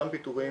חלקם פיטורים,